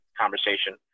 conversation